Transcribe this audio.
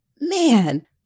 man